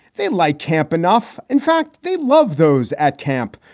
they like camp enough. in fact, they love those at camp.